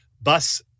bus